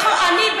אני, זה